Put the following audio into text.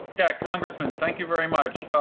yeah, congressman, thank you very much.